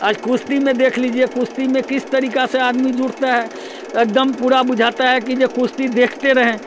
आज कुश्ती में देख लीजिए कुश्ती में किस तरीक़े से आदमी जुड़ते हैं एक दम पूरा बुझाता है कि जो कुश्ती देखते रहे